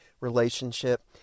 relationship